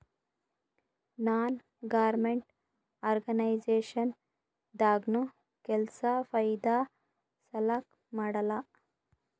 ನಾನ್ government organisation ದಾಗ್ನು ಕೆಲ್ಸಾ ಫೈದಾ ಸಲಾಕ್ ಮಾಡಲ್ಲ